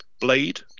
Blade